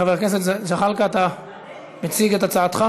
חבר הכנסת זחאלקה, אתה מציג את הצעתך?